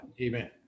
Amen